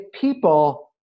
people